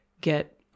get